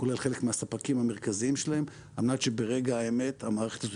כולל חלק מהספקים המרכזיים שלהם על מנת שברגע האמת המערכת הזאת